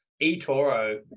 eToro